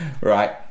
Right